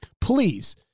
Please